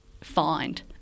find